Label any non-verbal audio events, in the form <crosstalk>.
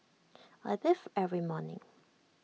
<noise> I bathe every morning